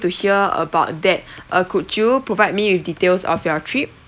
to hear about that uh could you provide me with details of your trip